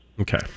Okay